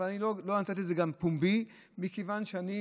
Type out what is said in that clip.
אבל לא נתתי לזה פומבי, מכיוון שאני